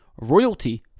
Royalty